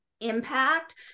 impact